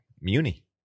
Muni